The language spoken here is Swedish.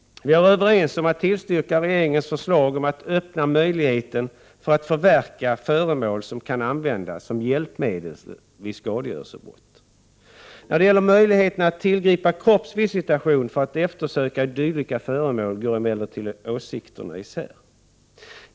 Vi är överens om att tillstyrka regeringens förslag om att öppna möjligheten för att förverka föremål som kan användas som hjälpmedel vid skadegörelsebrott. När det gäller möjligheterna att tillgripa kroppsvisitation för att eftersöka dylika föremål går emellertid åsikterna isär.